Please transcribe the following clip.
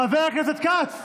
חבר הכנסת כץ.